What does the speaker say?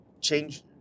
change